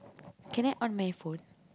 can I on my phone